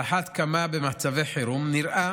על אחת כמה וכמה במצבי חירום, נראה